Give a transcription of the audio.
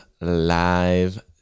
live